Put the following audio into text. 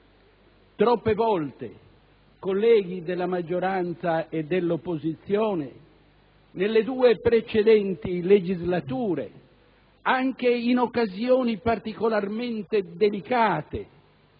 Troppe volte, colleghi della maggioranza e dell'opposizione, nelle due precedenti legislature, anche in occasioni particolarmente delicate